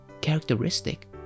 characteristic